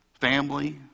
family